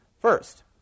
first